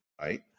right